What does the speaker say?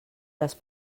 les